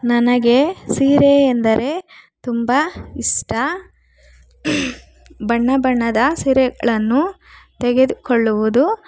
ನನಗೆ ಸೀರೆಯೆಂದರೆ ತುಂಬ ಇಷ್ಟ ಬಣ್ಣಬಣ್ಣದ ಸೀರೆಗಳನ್ನು ತೆಗೆದುಕೊಳ್ಳುವುದು